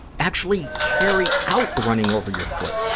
actually carry out running over your foot?